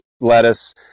Lettuce